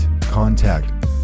contact